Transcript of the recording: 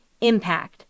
impact